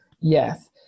Yes